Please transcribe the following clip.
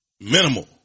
minimal